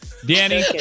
Danny